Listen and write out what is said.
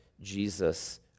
Jesus